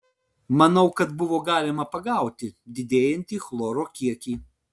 manau kad buvo galima pagauti didėjantį chloro kiekį